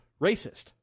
racist